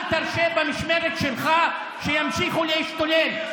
אל תרשה במשמרת שלך שימשיכו להשתולל.